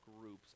groups